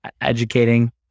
educating